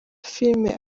filime